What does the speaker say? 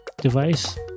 device